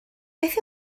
beth